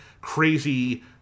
crazy